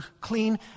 clean